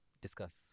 Discuss